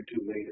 later